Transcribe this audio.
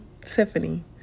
tiffany